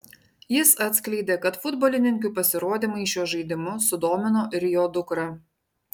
jis atskleidė kad futbolininkių pasirodymai šiuo žaidimu sudomino ir jo dukrą